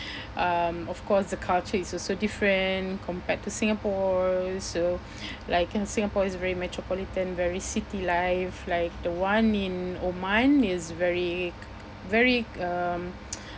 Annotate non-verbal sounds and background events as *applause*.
um of course the culture is also different compared to Singapore so like in Singapore it's very metropolitan very city life like the one in Oman is very very um *noise*